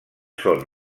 són